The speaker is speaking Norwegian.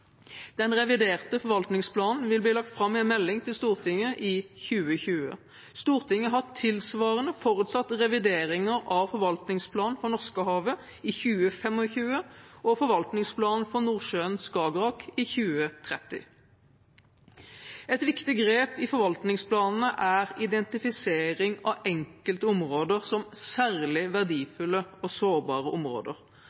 Den reviderte forvaltningsplanen vil bli lagt fram i en melding til Stortinget i 2020. Stortinget har tilsvarende forutsatt revideringer av forvaltningsplanen for Norskehavet i 2025 og forvaltningsplanen for Nordsjøen og Skagerrak i 2030. Et viktig grep i forvaltningsplanene er identifisering av enkelte områder som særlig verdifulle og sårbare områder.